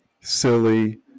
silly